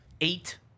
eight